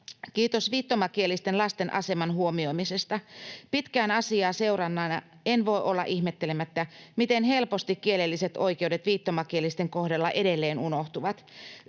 Kiitos viittomakielisten lasten aseman huomioimisesta. Pitkään asiaa seuranneena en voi olla ihmettelemättä, miten helposti kielelliset oikeudet viittomakielisten kohdalla edelleen unohtuvat.